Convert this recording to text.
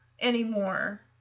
anymore